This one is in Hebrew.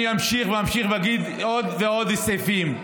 אני אמשיך ואגיד עוד ועוד סעיפים.